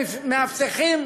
מאבטחים,